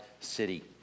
city